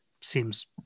seems